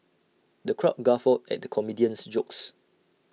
the crowd guffawed at the comedian's jokes